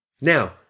Now